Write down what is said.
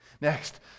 Next